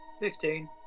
Fifteen